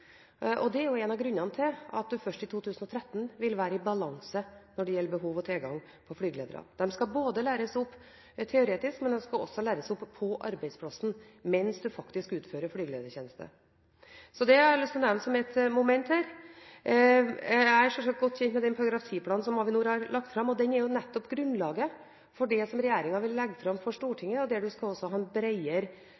og det er en av grunnene til at man først i 2013 vil være i balanse når det gjelder behov for og tilgang på flygeledere. De skal læres opp både teoretisk og på arbeidsplassen mens de faktisk utfører flygeledertjenester. Det har jeg lyst til å nevne som et moment her. Jeg er selvsagt godt kjent med den § 10-planen som Avinor har lagt fram. Den er nettopp grunnlaget for det som regjeringen vil legge fram for